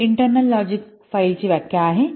पुढे internal logic फाईलची व्याख्या आहे